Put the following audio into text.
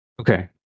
Okay